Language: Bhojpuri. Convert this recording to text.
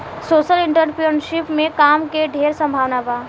सोशल एंटरप्रेन्योरशिप में काम के ढेर संभावना बा